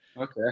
okay